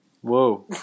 Whoa